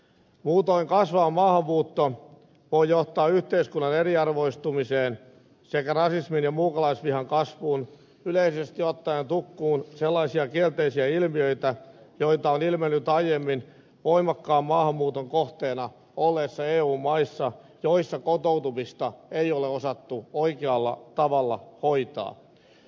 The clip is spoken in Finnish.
muutoin kasvava maahanmuutto voi johtaa yhteiskunnan eriarvoistumiseen sekä rasismin ja muukalaisvihan kasvuun yleisesti ottaen tukkuun sellaisia kielteisiä ilmiöitä joita on ilmennyt aiemmin voimakkaan maahanmuuton kohteena olleissa eu maissa joissa kotoutumista ei ole osattu oikealla tavalla hoitaa